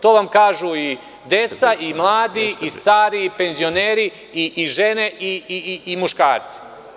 To vam kažu i deca i mladi i stari i penzioneri i žene i muškarci.